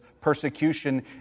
persecution